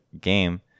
game